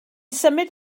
symud